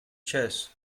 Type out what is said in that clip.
chess